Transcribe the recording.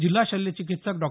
जिल्हा शल्य चिकित्सक डॉ